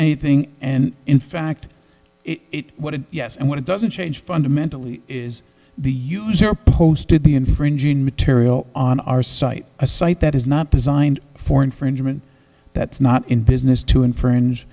anything and in fact it what it yes and what it doesn't change fundamentally is the user posted the infringing material on our site a site that is not designed for infringement that's not in business to infringe